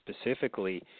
specifically